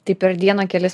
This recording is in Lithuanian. tai per dieną kelis